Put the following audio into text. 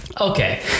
Okay